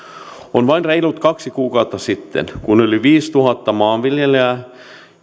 on vain reilut kaksi kuukautta siitä kun yli viisituhatta maanviljelijää